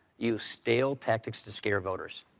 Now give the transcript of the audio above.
use stale tactics to scare voters.